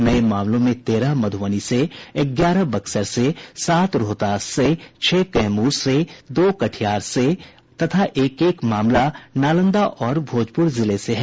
नये मामलों में तेरह मधुबनी से ग्यारह बक्सर से सात रोहतास से छह कैमूर से दो कटिहर से तथा एक एक मामला नालंदा और भोजपुर जिले से है